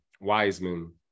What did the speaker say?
wiseman